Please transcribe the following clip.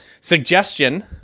suggestion